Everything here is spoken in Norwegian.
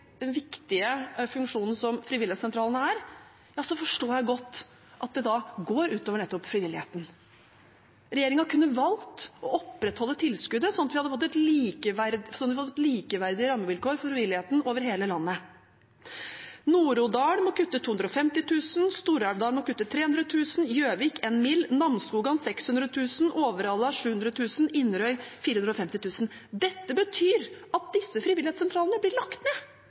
den viktige funksjonen som frivilligsentralen er, forstår jeg godt at det går ut over nettopp frivilligheten. Regjeringen kunne valgt å opprettholde tilskuddet, slik at vi hadde fått likeverdige rammevilkår for frivilligheten over hele landet. Nord-Odal må kutte 250 000 kr, Stor-Elvdal må kutte 300 000 kr, Gjøvik 1 mill. kr, Namsskogan 600 000 kr, Overhalla 700 000 kr og Inderøy 450 000 kr. Dette betyr at disse frivilligsentralene blir lagt ned,